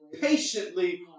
patiently